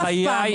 אף פעם,